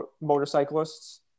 motorcyclists